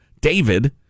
David